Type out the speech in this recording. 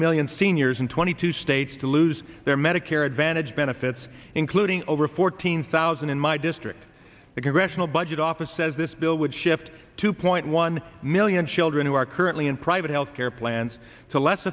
million seniors in twenty two states to lose their medicare advantage benefits including over fourteen thousand in my district the congressional budget office says this bill would shift two point one million children who are currently in private health care plans to less